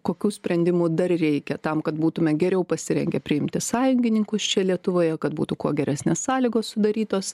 kokių sprendimų dar reikia tam kad būtume geriau pasirengę priimti sąjungininkus čia lietuvoje kad būtų kuo geresnės sąlygos sudarytos